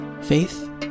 faith